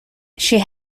she